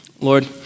Lord